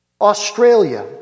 Australia